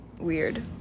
weird